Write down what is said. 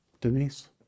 Denise